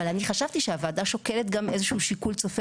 אבל אני חשבתי שהוועדה שוקלת גם איזה שהוא שיקול צופה